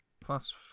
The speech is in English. plus